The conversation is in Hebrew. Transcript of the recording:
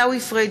עיסאווי פריג'